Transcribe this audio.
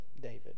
David